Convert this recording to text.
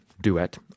duet